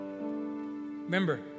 remember